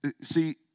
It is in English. See